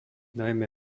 najmä